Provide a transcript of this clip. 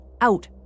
out